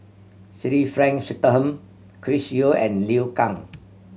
Frank Swettenham Chris Yeo and Liu Kang